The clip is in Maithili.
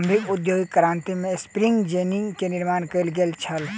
प्रारंभिक औद्योगिक क्रांति में स्पिनिंग जेनी के निर्माण कयल गेल छल